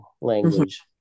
language